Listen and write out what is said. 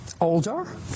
older